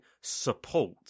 support